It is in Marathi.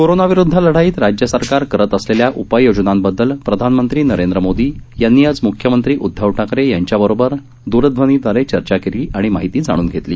कोरोनाविरुदध लढाईत राज्य सरकार करत असलेल्या उपाययोजनांबददल प्रधानमंत्री नरेंद्र मोदी यांनी आज मुख्यमंत्री उदधव ठाकरे यांच्या बरोबर द्रध्वनीदवारे चर्चा केली आणि माहिती जाणून घेतली